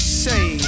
say